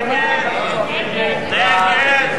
ירים את ידו.